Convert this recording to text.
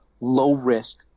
low-risk